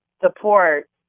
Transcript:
support